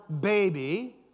baby